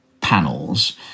panels